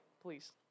Please